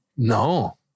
No